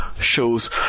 shows